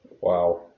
Wow